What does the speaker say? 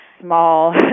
small